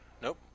nope